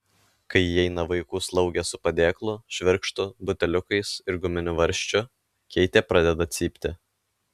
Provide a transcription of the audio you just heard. kai įeina vaikų slaugė su padėklu švirkštu buteliukais ir guminiu varžčiu keitė pradeda cypti